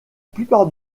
plupart